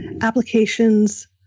applications